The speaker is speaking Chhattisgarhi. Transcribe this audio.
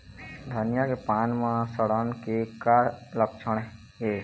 धनिया के पान म सड़न के का लक्षण ये?